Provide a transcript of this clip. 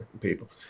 people